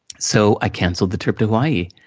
so, i cancelled the trip to hawaii,